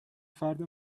فرد